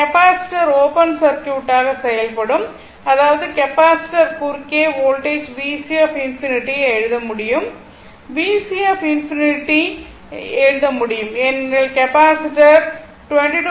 இந்த capacitor open சர்க்யூட்டாக செயல்படும் அதாவது கெப்பாசிட்டர் குறுக்கே வோல்டேஜ் VC∞ ஐ எழுத முடியும் VC∞ எழுத முடியும் ஏனெனில் கெப்பாசிட்டர் 22